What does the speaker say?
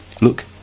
look